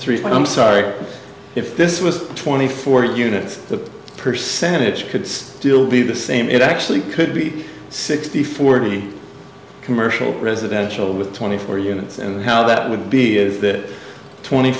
one i'm sorry if this was twenty four units the percentage could still be the same it actually could be sixty forty commercial residential with twenty four units and how that would be if that twenty